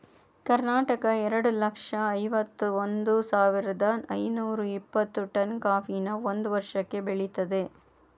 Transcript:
ಕರ್ನಾಟಕ ಎರಡ್ ಲಕ್ಷ್ದ ಐವತ್ ಒಂದ್ ಸಾವಿರ್ದ ಐನೂರ ಇಪ್ಪತ್ತು ಟನ್ ಕಾಫಿನ ಒಂದ್ ವರ್ಷಕ್ಕೆ ಬೆಳಿತದೆ